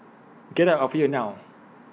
get out of here now